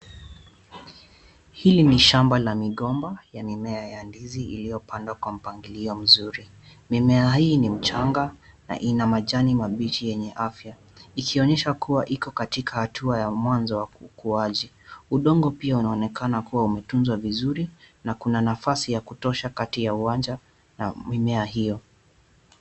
Hili ni shamba la migomba ya mimea ya ndizi iliyopandwa kwa mpangilio mzuri. Mimea hii ni mchanga na ina majani mabichi yenye afya ikionyesha kuwa iko katika hatua ya mwanzo wa ukuaji. Udongo pia unaonekana kuwa umetunzwa vizuri na nafasi ya kutosha kati ya uwanja na mimea hiyo.